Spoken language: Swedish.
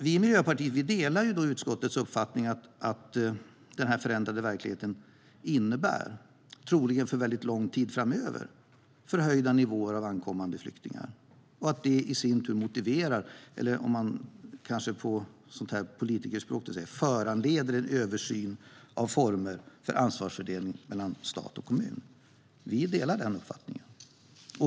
Vi i Miljöpartiet delar utskottets uppfattning att den förändrade verkligheten, troligen under lång tid framöver, innebär förhöjda nivåer av ankommande flyktingar och att det i sin tur motiverar eller, på politikerspråk, föranleder en översyn av former för ansvarsfördelning mellan stat och kommun.